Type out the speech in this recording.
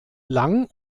lang